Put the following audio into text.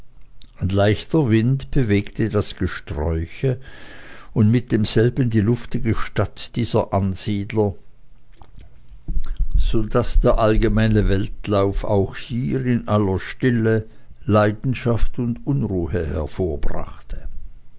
ein leichter wind bewegte das gesträuche und mit demselben die luftige stadt dieser ansiedler so daß der allgemeine weltlauf auch hier in aller stille leidenschaft und unruhe hervorbrachte